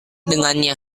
dengannya